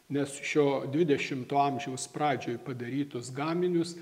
nes šio dvidešimto amžiaus pradžioj padarytus gaminius